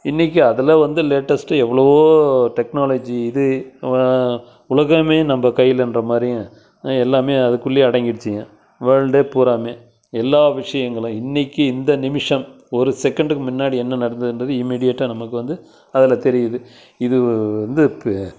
இன்றைக்கி அதில் வந்து லேட்டஸ்டு எவ்வளவோ டெக்னாலஜி இது உலகமே நம்ம கையிலன்றமாரியும் எல்லாமே அதுக்குள்ளே அடங்கிடுச்சுங்க வேர்ல்டே பூராமே எல்லா விஷயங்களும் இன்றைக்கி இந்த நிமிஷம் ஒரு செகண்டுக்கு முன்னாடி என்ன நடந்ததுன்றது இமிடியேட்டாக நமக்கு வந்து அதில் தெரியிது இது வந்து இப்போ